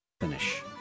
finish